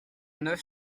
neuf